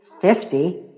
fifty